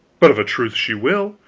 but of a truth she will.